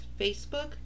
Facebook